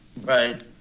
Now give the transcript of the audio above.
Right